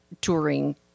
touring